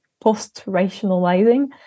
post-rationalizing